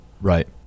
Right